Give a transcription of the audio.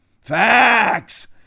Facts